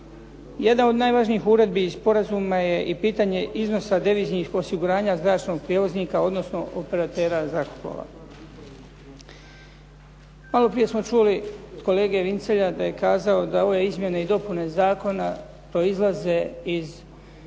Jedna od najvažnijih uredbi iz sporazuma je i pitanje iznosa deviznih osiguranja zračnog prijevoznika odnosno operatera zrakoplova. Maloprije smo čuli od kolege Vincelja da je kazao da ove izmjene i dopune zakona proizlaze iz